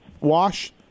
Wash